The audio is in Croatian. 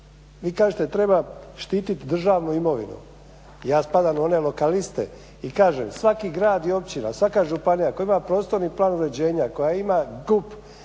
vi kažete treba štititi državnu imovinu. Ja spadam u one vokaliste i kažem svaki grad i općina, svaka županija koja ima prostorni plan uređenja, koja ima GUP